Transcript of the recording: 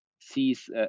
sees